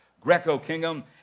Greco-Kingdom